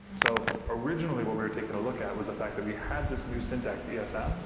so originally, what we are taking a look at was the fact that we had this new syntax yeah so esm,